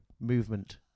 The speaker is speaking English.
movement